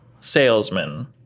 salesman